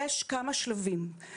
יש כמה שלבים.